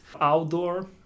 Outdoor